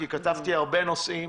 כי כתבתי הרבה נושאים,